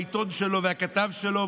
העיתון שלו והכתב שלו,